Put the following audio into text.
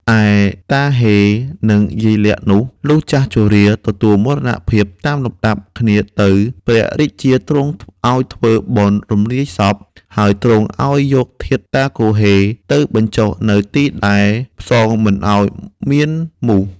ឯតាហ៊េ និង យាយលាក់នោះ លុះចាស់ជរា ទទួលមរណភាពតាមលំដាប់គ្នាទៅព្រះរាជាទ្រង់ឲ្យធ្វើបុណ្យរំលាយសព ហើយទ្រង់ឲ្យយកធាតុតាគហ៊េ នៅបញ្ចុះនៅទីដែលផ្សងមិនឲ្យមានមូស។